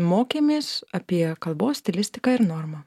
mokėmės apie kalbos stilistiką ir normą